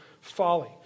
folly